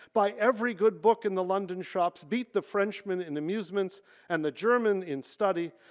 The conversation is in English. buy every good book in the london shops, beat the frenchmen in amusements and the german in study,